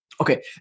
Okay